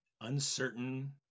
Uncertain